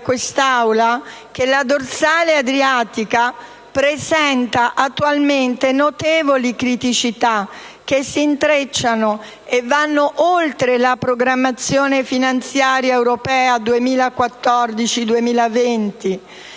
quest'Assemblea, colleghi, che la dorsale adriatica presenta attualmente notevoli criticità, che si intrecciano e vanno oltre la programmazione finanziaria europea 2014-2020.